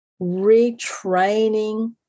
retraining